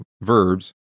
verbs